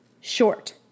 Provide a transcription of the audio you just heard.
short